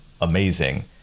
amazing